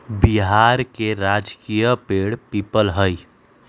बिहार के राजकीय पेड़ पीपल हई